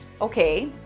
Okay